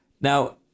Now